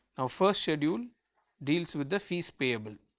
now first schedule deals with the fees payable.